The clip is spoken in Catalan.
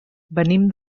venim